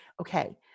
Okay